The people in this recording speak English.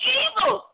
evil